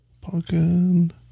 Pumpkin